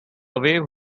wave